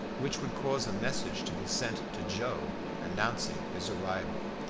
which would cause a message to be sent to joe announcing his arrival.